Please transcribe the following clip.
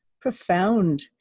profound